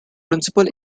principal